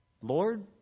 Lord